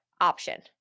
option